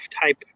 type